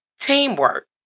Teamwork